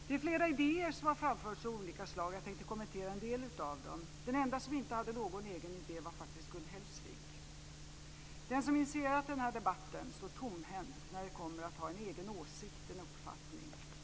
Det är flera idéer av olika slag som har framförts, och jag tänkte kommentera en del av dem. Den enda som inte hade någon egen idé var faktiskt Gun Hellsvik. Den som initierat den här debatten står tomhänt när det kommer till att ha en egen åsikt, en uppfattning.